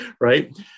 right